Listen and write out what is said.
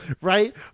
right